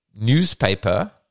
newspaper